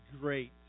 great